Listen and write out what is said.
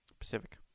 Pacific